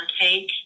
take